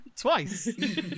twice